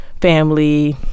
family